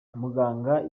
umuganga